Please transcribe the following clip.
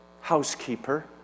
housekeeper